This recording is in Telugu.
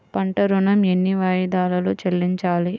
పంట ఋణం ఎన్ని వాయిదాలలో చెల్లించాలి?